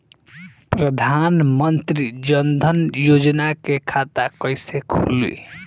प्रधान मंत्री जनधन योजना के खाता कैसे खुली?